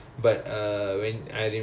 !wah! strong